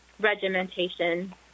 regimentation